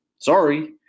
Sorry